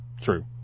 true